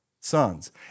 sons